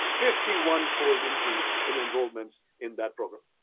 fifty one fold increase in enrollments in that program.